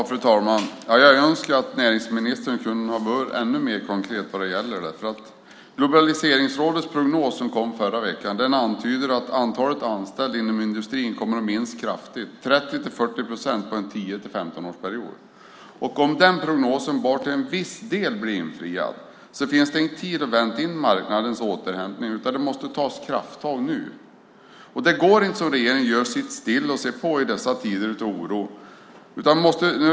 Fru talman! Jag önskar att näringsministern kunde vara ännu mer konkret. Globaliseringsrådets prognos som kom förra veckan antyder att antalet anställda inom industrin kommer att minska kraftigt, med 30-40 procent, under en 10-15-årsperiod. Om den prognosen bara till en viss del blir infriad så finns det inte tid att vänta in marknadens återhämtning utan det måste tas krafttag nu. Det går inte att göra som regeringen och sitta still och se på i dessa tider av oro.